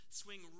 swing